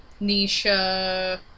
Nisha